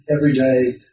everyday